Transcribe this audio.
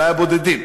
אולי הבודדים.